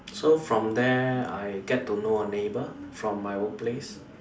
so from there I get to know a neighbour from my workplace